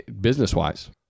business-wise